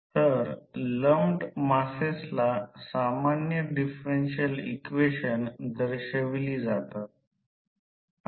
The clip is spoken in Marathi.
तर सामान्यत R c आणि X m मिळविण्यासाठी ओपन सर्किट चाचणी घेऊ